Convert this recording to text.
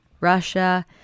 Russia